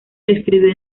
escribió